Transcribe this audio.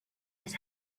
his